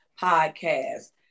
podcast